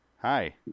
Hi